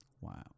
Wow